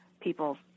people